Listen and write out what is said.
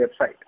website